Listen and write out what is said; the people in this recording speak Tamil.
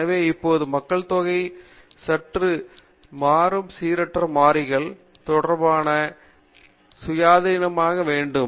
எனவே இப்போது மக்கள்தொகை மற்றும் சீரற்ற மாதிரிகள் மாதிரியான உறுப்பு சுயாதீனமாக இருக்க வேண்டும்